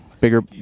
Bigger